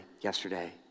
yesterday